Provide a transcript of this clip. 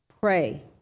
pray